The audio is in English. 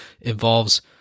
involves